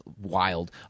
wild